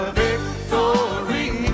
victory